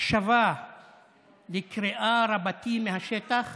הקשבה לקריאה רבתי מהשטח